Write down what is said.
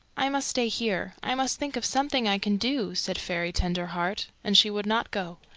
i must stay here. i must think of something i can do, said fairy tenderheart and she would not go.